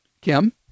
Kim